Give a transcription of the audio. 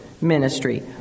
ministry